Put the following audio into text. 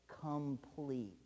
complete